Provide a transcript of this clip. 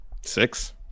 Six